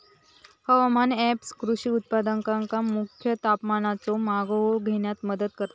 हवामान ऍप कृषी उत्पादकांका मुख्य तापमानाचो मागोवो घेण्यास मदत करता